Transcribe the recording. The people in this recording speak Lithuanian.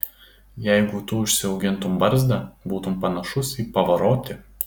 jeigu tu užsiaugintum barzdą būtum panašus į pavarotį